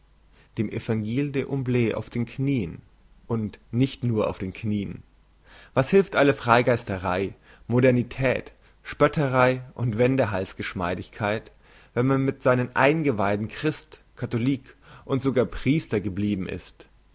dem vangile des humbles auf den knien und nicht nur auf den knien was hilft alle freigeisterei modernität spötterei und wendehals geschmeidigkeit wenn man mit seinen eingeweiden christ katholik und sogar priester geblieben ist